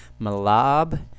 Malab